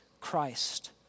Christ